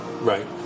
Right